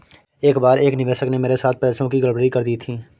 एक बार एक निवेशक ने मेरे साथ पैसों की गड़बड़ी कर दी थी